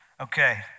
Okay